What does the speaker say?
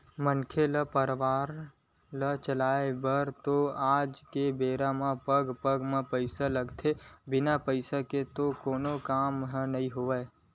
मनखे ल परवार ल चलाय बर तो आज के बेरा म पग पग म पइसा लगथे बिन पइसा के तो कोनो काम नइ होवय